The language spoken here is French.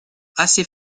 assez